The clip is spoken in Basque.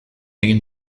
egin